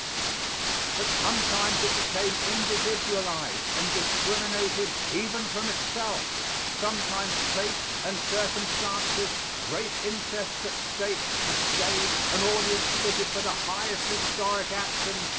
but sometimes it became individualized and discriminated even from itself sometimes place and circumstances, great interests at stake, a stage, an audience fitted for the highest historic action,